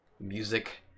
music